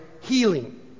healing